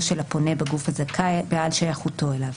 של הפונה בגוף הזכאי ועל שייכותו אליו,